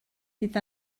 bydd